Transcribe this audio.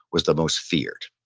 was the most feared.